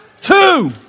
Two